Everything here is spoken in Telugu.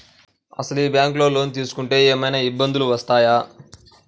అసలు ఈ బ్యాంక్లో లోన్ తీసుకుంటే ఏమయినా ఇబ్బందులు వస్తాయా?